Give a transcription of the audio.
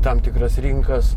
tam tikras rinkas